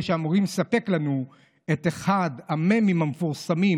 שאמורים לספק לנו את אחד המ"מים המפורסמים,